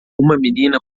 menina